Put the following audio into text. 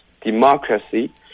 democracy